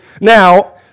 Now